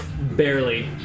barely